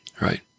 right